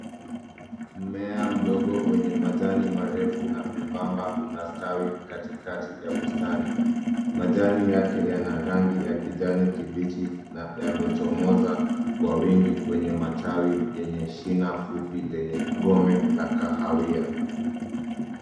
Mmea mdogo wenye majani marefu na membamba unastawi katikati ya bustani. Majani yake yana rangi ya kijani kibichi na yamechomoza kwa wingi kwenye matawi yenye shina fupi lenye gome la kahawia.